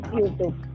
YouTube